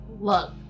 look